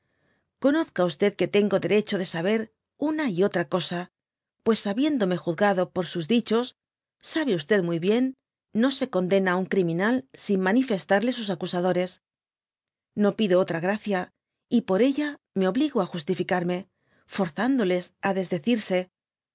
conozca que tengo derecho de saber una j otra cosa pues habiéndome juzgado por sus dichos sabe muy bien no se condena á un criminal sin manifestarle sus acusadores no pido otra gracia y por ella me obligo á justificarme forzándoles á desdecirse